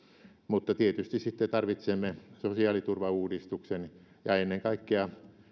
mutta tietysti tarvitsemme sosiaaliturvauudistuksen ja ennen kaikkea